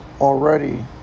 already